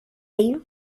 ایم